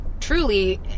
truly